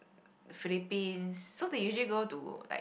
Philippines so they usually go to